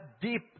deep